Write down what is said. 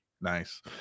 Nice